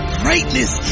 greatness